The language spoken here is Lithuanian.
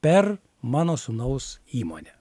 per mano sūnaus įmonę